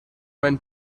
went